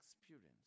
experience